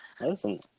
Listen